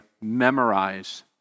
Memorize